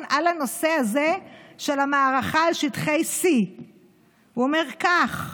על הנושא הזה של המערכה של שטחי C. הוא אמר כך: